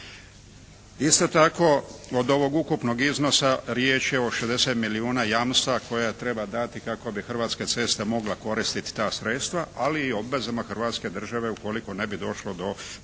Isto tako od ovog ukupnog iznosa riječ je o 60 milijuna jamstva koje treba dati kako bi Hrvatske ceste mogle koristiti ta sredstva, ali i obvezama Hrvatske države ukoliko ne bi došlo do povrata